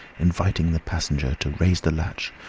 inviting the passenger to raise the latch,